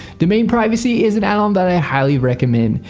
domain privacy is an addon um that i highly recommend.